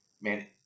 man